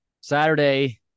Saturday